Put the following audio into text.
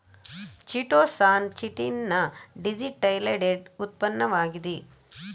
chitosan chitin ನ deacetylated ಉತ್ಪನ್ನವಾಗಿದೆ